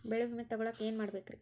ಬೆಳೆ ವಿಮೆ ತಗೊಳಾಕ ಏನ್ ಮಾಡಬೇಕ್ರೇ?